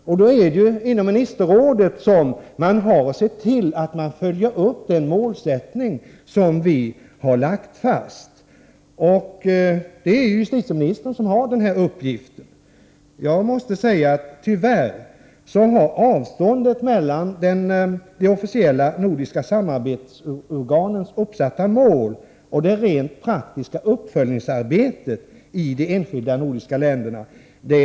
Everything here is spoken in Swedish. Därför är det ministerrådet som har att se till att man följer upp den målsättning som vi har lagt fast. För Sveriges del är det justitieministern som har denna uppgift. Tyvärr har avståndet mellan de officiella nordiska samarbetsorganens uppsatta mål och det praktiska uppföljningsarbetet i de enskilda nordiska länderna vuxit.